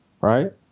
right